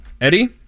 Eddie